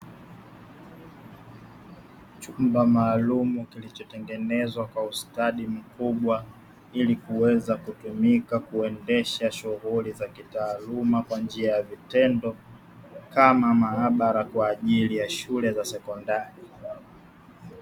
Chumba maalumu kilichotengenezwa kwa ustadi mkubwa, ili kuweza kutumika kuendesha shughuli za kitaaluma kwa njia ya vitendo. Kama maabara kwa ajili ya shule za sekondari.